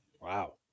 Wow